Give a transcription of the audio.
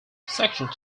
sections